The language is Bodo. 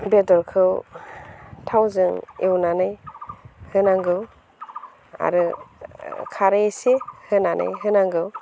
बेदरखौ थावजों एवनानै होनांगौ आरो खारै एसे होनानै होनांगौ